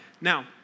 Now